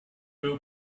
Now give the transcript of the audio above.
will